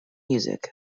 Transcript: music